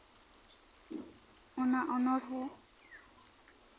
ᱚᱱᱟ ᱚᱱᱚᱬᱦᱮ